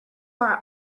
our